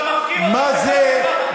שאתה מפקיר אותם בכל המזרח התיכון.